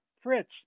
Fritz